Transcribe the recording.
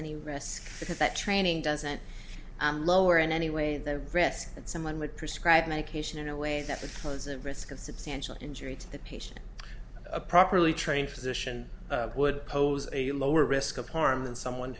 any risk because that training doesn't lower in any way the risk that someone would prescribe medication in a way that it was a risk of substantial injury to the patient a properly trained physician would pose a lower risk of harm than someone